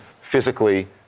physically